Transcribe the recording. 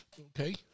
Okay